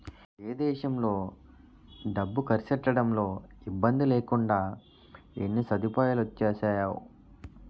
ఏ దేశంలో డబ్బు కర్సెట్టడంలో ఇబ్బందిలేకుండా ఎన్ని సదుపాయాలొచ్చేసేయో